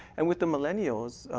and with the millenials,